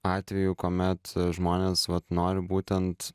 atvejų kuomet žmonės vat nori būtent